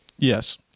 Yes